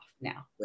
now